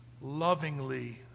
lovingly